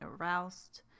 aroused